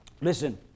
Listen